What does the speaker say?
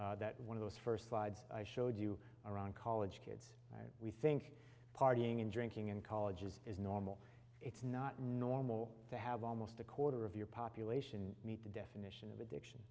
that one of those first slides i showed you around college kids we think partying and drinking in colleges is normal it's not normal to have almost a quarter of your population meet the definition of